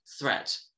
threat